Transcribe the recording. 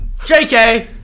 JK